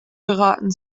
beraten